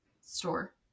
store